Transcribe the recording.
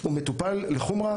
הוא מטופל לחומרה,